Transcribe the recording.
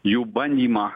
jų bandymą